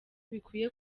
bikwiye